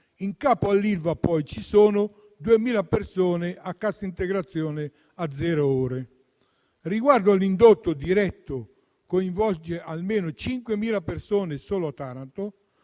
In capo all'Ilva ci sono poi 2.000 persone a cassa integrazione a zero ore. Riguardo all'indotto diretto, che coinvolge almeno 5.000 persone solo a Taranto,